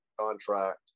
contract